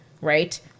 right